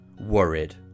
worried